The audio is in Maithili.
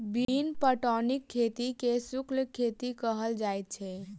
बिन पटौनीक खेती के शुष्क खेती कहल जाइत छै